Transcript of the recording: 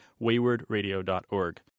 waywardradio.org